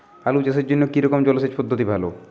আলু চাষের জন্য কী রকম জলসেচ পদ্ধতি ভালো?